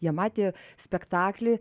jie matė spektaklį